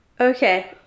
Okay